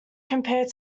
compared